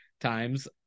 times